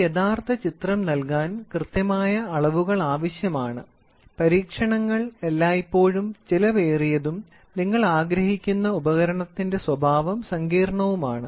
ഒരു യഥാർത്ഥ ചിത്രം നൽകാൻ കൃത്യമായ അളവുകൾ ആവശ്യമാണ് പരീക്ഷണങ്ങൾ എല്ലായ്പ്പോഴും ചെലവേറിയതും നിങ്ങൾ ആഗ്രഹിക്കുന്ന ഉപകരണത്തിന്റെ സ്വഭാവം സങ്കീർണ്ണവുമാണ്